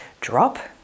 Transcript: drop